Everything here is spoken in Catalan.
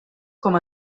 com